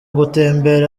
gutembera